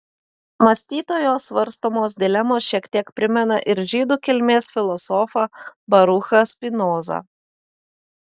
mąstytojo svarstomos dilemos šiek tiek primena ir žydų kilmės filosofą baruchą spinozą